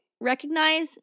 recognize